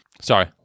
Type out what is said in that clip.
Sorry